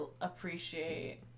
appreciate